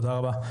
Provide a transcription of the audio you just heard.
תודה רבה.